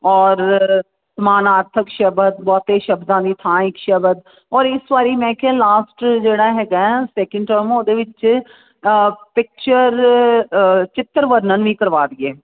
ਔਰ ਸਮਾਨ ਆਰਥਿਕ ਸ਼ਬਦ ਬਹੁਤੇ ਸ਼ਬਦਾਂ ਦੀ ਥਾਂ ਇੱਕ ਸ਼ਬਦ ਔਰ ਇਸ ਵਾਰੀ ਮੈਂ ਕਿਹਾ ਲਾਸਟ ਜਿਹੜਾ ਹੈਗਾ ਸੈਕਿੰਡ ਟਰਮ ਉਹਦੇ ਵਿੱਚ ਪਿਕਚਰ ਚਿੱਤਰ ਵਰਣਨ ਵੀ ਕਰਵਾ ਦਈਏ